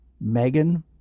Megan